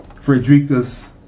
Frederica's